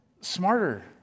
smarter